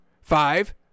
five